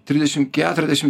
trisdešim keturiasdešim